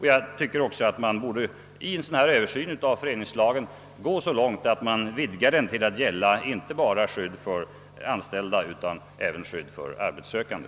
Man borde också vid en översyn av föreningsrättslagen sträcka sig så långt, att den vidgas till att gälla inte bara skydd för anställda utan även för arbetssökande.